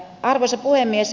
arvoisa puhemies